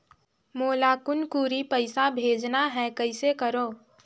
मोला कुनकुरी पइसा भेजना हैं, कइसे करो?